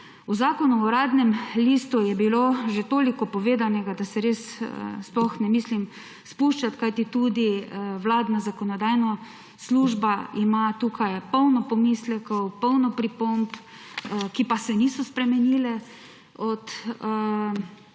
O Zakonu o Uradnem listu je bilo že toliko povedanega, da se res sploh ne mislim spuščati, kajti tudi vladna zakonodajna služba ima tukaj polno pomislekov, polno pripomb, ki pa se niso spremenile od